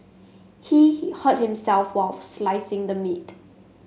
he hurt himself while slicing the meat